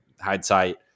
hindsight